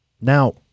Now